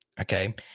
okay